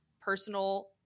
personal